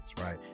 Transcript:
right